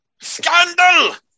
Scandal